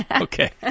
Okay